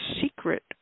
secret